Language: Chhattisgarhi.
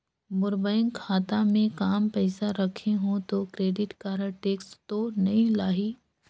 मोर बैंक खाता मे काम पइसा रखे हो तो क्रेडिट कारड टेक्स तो नइ लाही???